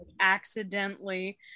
accidentally